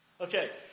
Okay